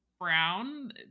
brown